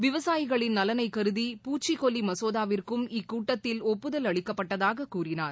விவசாயிகளின் நலனை கருதி பூச்சிக்கொல்லி மசோதாவிற்கும் இக்கூட்டத்தில் ஒப்புதல் அளிக்கப்பட்டதாக கூறினார்